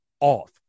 off